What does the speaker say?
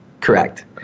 correct